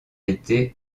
été